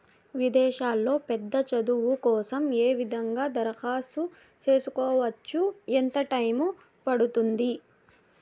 విదేశాల్లో పెద్ద చదువు కోసం ఏ విధంగా దరఖాస్తు సేసుకోవచ్చు? ఎంత టైము పడుతుంది?